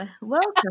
Welcome